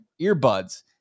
earbuds